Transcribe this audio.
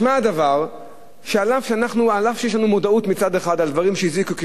משמע הדבר שאף שיש לנו מודעות מצד אחד לדברים שהזיקו,